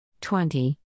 Twenty